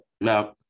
Now